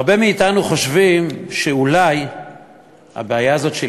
הרבה מאתנו חושבים שאולי הבעיה הזאת של